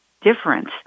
difference